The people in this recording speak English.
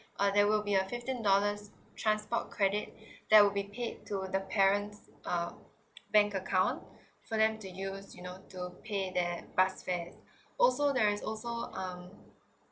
uh there will be a fifteen dollars transport credit that will be paid to the parents uh bank account for them to use you know to pay that bus fares also there's also um